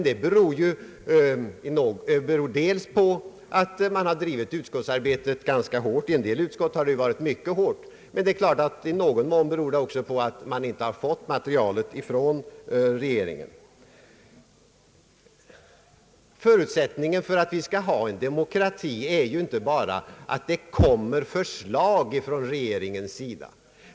Det beror på att man drivit utskottsarbetet ganska hårt — i en del fall mycket hårt — men det beror också i någon mån på att man inte fått materialet från regeringen. Förutsättningen för att vi skall ha en demokrati är ju inte bara att det kommer förslag från regeringen.